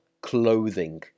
clothing